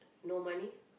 no money